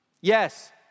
Yes